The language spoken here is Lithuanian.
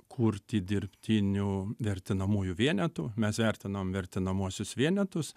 kurti dirbtinių vertinamųjų vienetų mes vertinom vertinamuosius vienetus